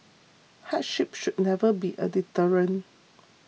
hardship should never be a deterrent